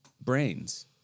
brains